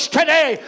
today